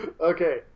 Okay